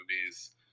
movies